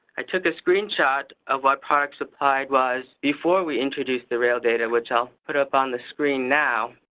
i took a screenshot of what products supplied was before we introduced the rail data, which i'll put up on the screen now.